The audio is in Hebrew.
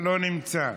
לא נמצא,